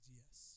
yes